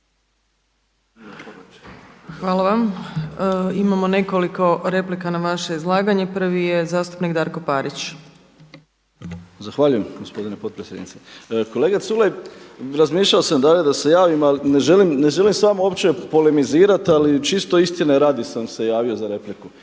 Hvala vama. Imamo nekoliko replika na vaše izlaganje. Prvi je zastupnik Darko Parić. **Parić, Darko (SDP)** Zahvaljujem gospodine potpredsjednice. Kolega Culej. Razmišljao sam da li da se javim, ali ne želim s vama uopće polemizirati ali čito istine radi sam se javio za repliku.